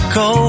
go